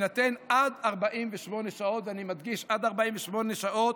יינתן עד 48 שעות, ואני מדגיש, עד 48 שעות,